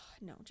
no